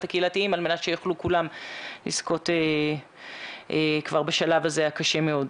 הקהילתיים על מנת שיוכלו כולם לזכות כבר בשלב הזה הקשה מאוד.